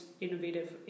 innovative